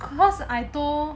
because I saw